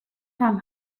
from